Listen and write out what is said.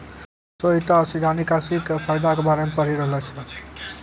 श्वेता सीधा निकासी के फायदा के बारे मे पढ़ि रहलो छै